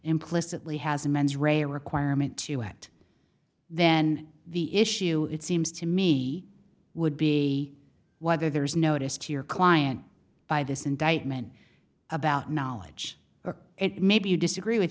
implicitly has a mens rea requirement to act then the issue it seems to me would be whether there is notice to your client by this indictment about knowledge and maybe you disagree with